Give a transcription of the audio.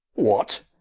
what?